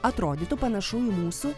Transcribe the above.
atrodytų panašu į mūsų